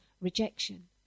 rejection